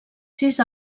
sis